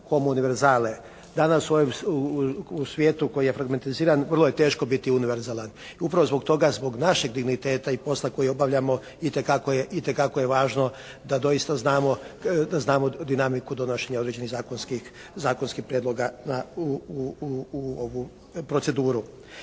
Danas u svijetu koji je … /Ne razumije se./ … vrlo je teško biti univerzalan, i u pravo zbog toga, zbog našeg digniteta i posla koji obavljamo itekako je važno da doista znamo, znamo dinamiku donošenja određenih zakonskih prijedloga u ovu proceduru.